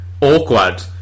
awkward